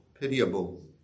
pitiable